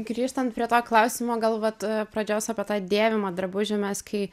grįžtant prie to klausimo gal vat a pradžios apie tą dėvimą drabužį mes kai